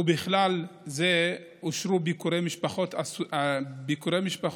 ובכלל זה אושרו ביקורי משפחות אסירים